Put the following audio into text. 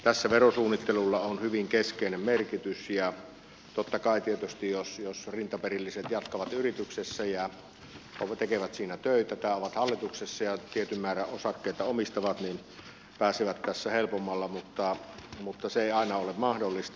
tässä verosuunnittelulla on hyvin keskeinen merkitys ja totta kai jos rintaperilliset jatkavat yrityksessä ja tekevät siinä töitä tai ovat hallituksessa ja tietyn määrän osakkeita omistavat he pääsevät tässä tietysti helpommalla mutta se ei aina ole mahdollista